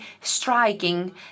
striking